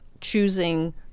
choosing